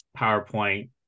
PowerPoint